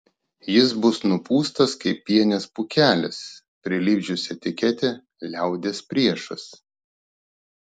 jis bus nupūstas kaip pienės pūkelis prilipdžius etiketę liaudies priešas